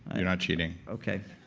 you're not cheating okay.